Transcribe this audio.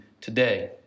today